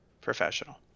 professional